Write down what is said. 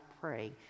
pray